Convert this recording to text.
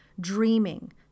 dreaming